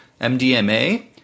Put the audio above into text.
MDMA